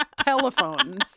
telephones